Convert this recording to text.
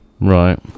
Right